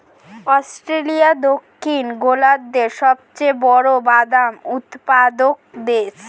Australia দক্ষিণ গোলার্ধের সবচেয়ে বড় বাদাম উৎপাদক দেশ